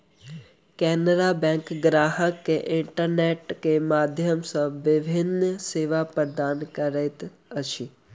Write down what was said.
Canara bank ग्राहक के internet के माध्यम सॅ विभिन्न सेवा प्रदान करैत अछि